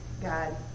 God